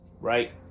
Right